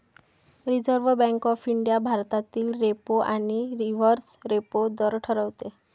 reserve bank of India भारतातील repo आणि reverse repo दर ठरवते